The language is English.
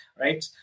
right